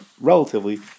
relatively